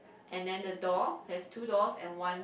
and then the door has two doors and one